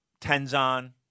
Tenzan